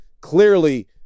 clearly